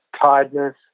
tiredness